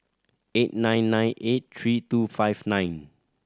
eight nine nine eight three two five nine